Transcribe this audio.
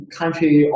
country